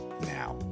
now